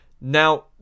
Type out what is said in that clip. Now